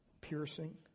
piercing